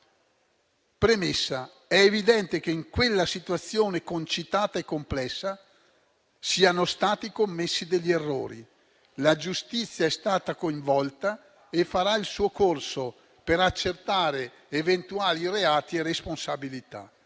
Premessa: è evidente che, in quella situazione concitata e complessa, siano stati commessi degli errori. La giustizia è stata coinvolta e farà il suo corso, per accertare eventuali reati e responsabilità.